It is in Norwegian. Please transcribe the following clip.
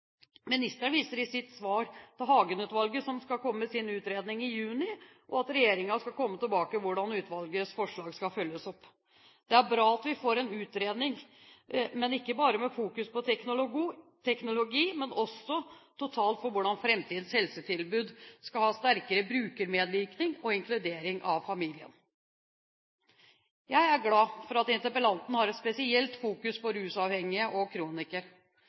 Ministeren viser i sitt svar til Hagen-utvalget, som skal komme med sin utredning i juni, og til at regjeringen skal komme tilbake til hvordan utvalgets forslag skal følges opp. Det er bra at vi får en utredning ikke bare med fokus på teknologi, men også på hvordan framtidens helsetilbud skal ha en sterkere brukermedvirkning og inkludering av familien. Jeg er glad for at interpellanten har et spesielt fokus på rusavhengige og